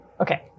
Okay